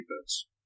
defense